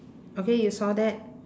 okay you saw that